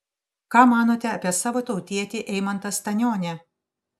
ką manote apie savo tautietį eimantą stanionį